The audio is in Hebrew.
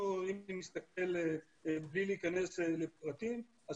אם נסתכל בלי להיכנס לפרטים,